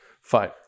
Fine